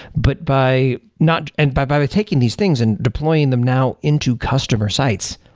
but by not and by by taking these things and deploying them now into customer sites,